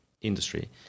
industry